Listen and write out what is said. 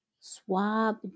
swab